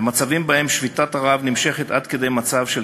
במצבים שבהם שביתת הרעב נמשכת עד כדי מצב של